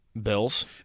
Bills